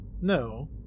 No